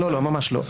לא, ממש לא.